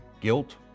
guilt